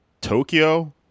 tokyo